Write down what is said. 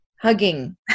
hugging